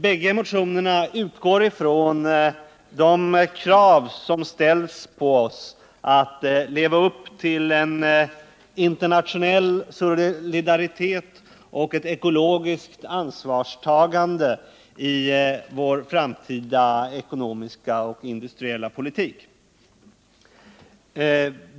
Båda motionerna utgår från de krav som ställs på oss för att leva upp till en internationell solidaritet och ett ekologiskt ansvarstagande i vår framtida ekonomiska och industriella politik.